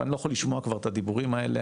ואני לא יכול כבר לשמוע את הדיבורים האלה